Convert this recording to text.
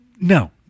no